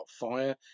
fire